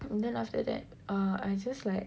and then after that err I just like